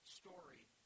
story